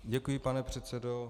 Děkuji, pane předsedo.